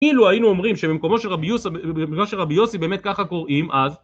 אילו היינו אומרים שבממקומו של רבי יוסי באמת ככה קוראים אז